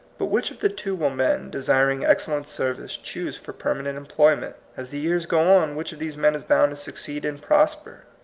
but which of the two will men, desiring excellent service, choose for permanent em ployment? as the years go on, which of these men is bound to succeed and pros per?